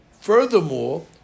Furthermore